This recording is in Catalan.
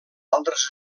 altres